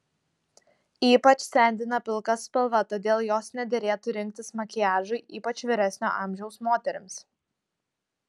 ypač sendina pilka spalva todėl jos nederėtų rinktis makiažui ypač vyresnio amžiaus moterims